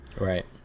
Right